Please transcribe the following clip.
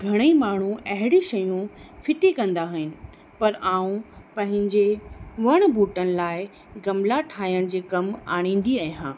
घणेई माण्हू अहिड़ियूं शयूं फिटी कंदा आहिनि पर आउं पंहिंजे वणु ॿूटनि लाइ गमला ठाहिण जे कमु आणींदी आहियां